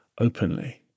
openly